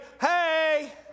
hey